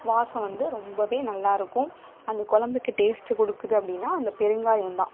வாசம் வந்து ரொம்பவே நல்லா இருக்கும் அந்த குலம்புக்கு டேஸ்ட்டு கொடுக்குது அப்படின்னா அந்த பெருங்காயம் தான்